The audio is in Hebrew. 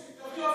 הסתה.